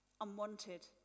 Unwanted